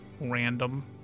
random